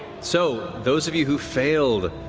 so those of you who failed,